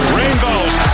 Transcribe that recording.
rainbows